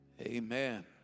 amen